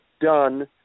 done